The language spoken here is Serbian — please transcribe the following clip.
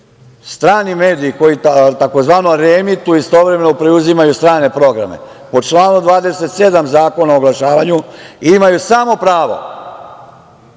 Strani mediji koji tzv. reemituju, istovremeno preuzimaju strane programe, po članu 27. Zakona o oglašavanju, imaju samo pravo